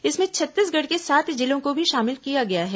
इसमें छत्तीसगढ़ के सात जिलों को भी शामिल किया गया है